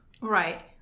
Right